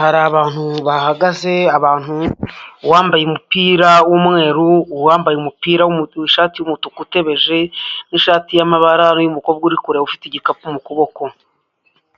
hari abantu bahagaze, abantu uwambaye umupira w'umweru, uwambaye umupira, ishati y'umutuku utebeje n'ishati y'amabara y'umukobwa uri kureba ufite igikapu mu kuboko.